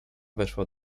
weszła